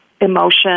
emotion